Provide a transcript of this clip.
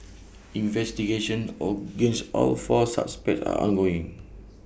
investigations against all four suspects are ongoing